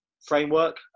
framework